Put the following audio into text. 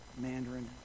Mandarin